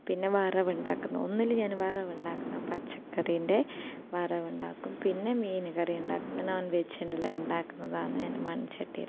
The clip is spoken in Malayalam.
പിന്നെ വറവ് ഉണ്ടാക്കുന്നു ഒന്നിൽ ഞാൻ വറവ് ഉണ്ടാക്കുന്നു പച്ചക്കറിയിൻ്റെ വറവ് ഉണ്ടാക്കും പിന്നെ മീൻ കറി ഉണ്ടാക്കും നോൺ വെജ് ഉണ്ടാക്കുന്നതാണ് ഞാൻ മൺച്ചട്ടിയിൽ